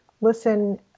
listen